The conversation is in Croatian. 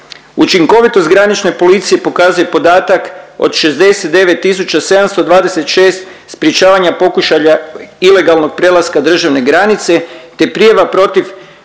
Učinkovitost granične policije pokazuje podatak od 69 726 sprječavanja pokušalja ilegalnog prelaska državne granice te prijava protiv